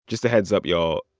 just a heads-up, y'all,